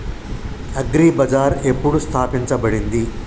Agri bazaar ఎప్పుడు స్థాపించబడింది?